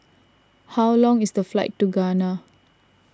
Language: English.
how long is the flight to Ghana